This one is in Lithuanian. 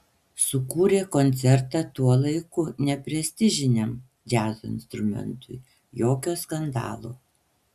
sukūrė koncertą tuo laiku neprestižiniam džiazo instrumentui jokio skandalo